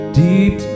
deep